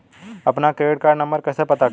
अपना credit card number कैसे पता करें?